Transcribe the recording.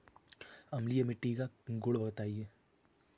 अम्लीय मिट्टी का गुण बताइये